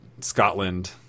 scotland